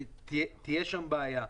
תהיה שם בעיה.